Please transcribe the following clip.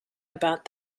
about